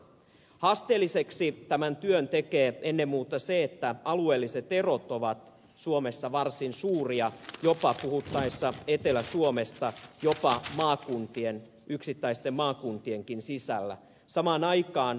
haasteelliseksi tämän työn tekee ennen muuta se että alueelliset erot ovat suomessa varsin suuria jopa puhuttaessa etelä suomesta jopa yksittäisten maakuntienkin sisällä samaan aikaan